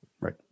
right